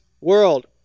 world